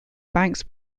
banks